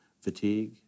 fatigue